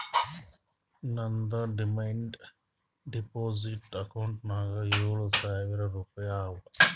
ನಂದ್ demand deposit ಅಕೌಂಟ್ನಾಗ್ ಏಳ್ ಸಾವಿರ್ ರುಪಾಯಿ ಅವಾ